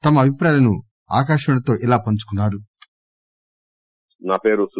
తమ అభిప్రాయాలను ఆకాశవాణితో ఇలా పంచుకున్నా రు